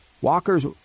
walkers